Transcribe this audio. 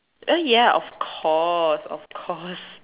eh ya of course of course